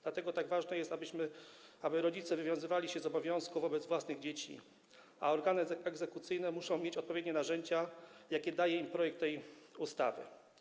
Dlatego tak ważne jest, aby rodzice wywiązywali się z obowiązku wobec własnych dzieci, więc organy egzekucyjne muszą mieć odpowiednie narzędzia, jakie daje im projekt tej ustawy.